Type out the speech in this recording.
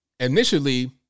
Initially